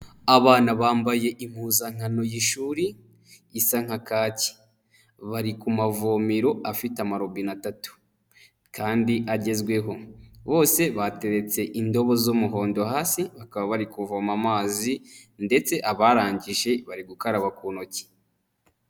Abana bambaye impuzankano y'ishuri isa nka kaki, bari ku mavomero afite amarobine atatu kandi agezweho, bose bateretse indobo z'umuhondo hasi bakaba bari kuvoma amazi ndetse abarangije bari gukaraba ku ntoki.